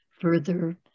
further